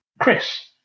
Chris